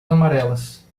amarelas